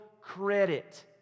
credit